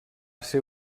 ser